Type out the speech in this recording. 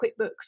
QuickBooks